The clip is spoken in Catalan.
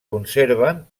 conserven